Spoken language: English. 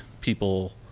people